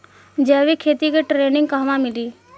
जैविक खेती के ट्रेनिग कहवा मिली?